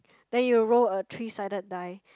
then you roll a three sided die